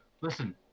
Listen